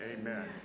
amen